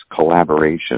collaboration